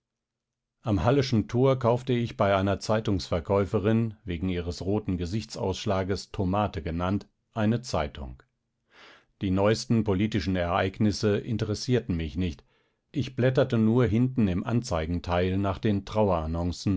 am halleschen tor kaufte ich bei einer zeitungsverkäuferin wegen ihres roten gesichtsausschlages tomate genannt eine zeitung die neuesten politischen ereignisse interessierten mich nicht ich blätterte nur hinten im anzeigenteil nach den